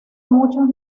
muchos